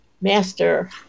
master